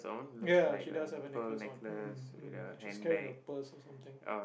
ya she does have a necklace one mm mm and she's carrying a purse or something